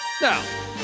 Now